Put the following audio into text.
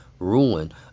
Ruin